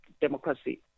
democracy